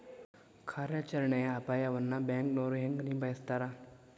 ಕಾರ್ಯಾಚರಣೆಯ ಅಪಾಯವನ್ನ ಬ್ಯಾಂಕನೋರ್ ಹೆಂಗ ನಿಭಾಯಸ್ತಾರ